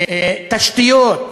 תשתיות,